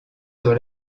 sur